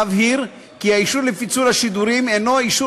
אבהיר כי האישור לפיצול השידורים אינו אישור